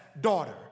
daughter